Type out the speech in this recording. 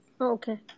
Okay